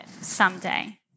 someday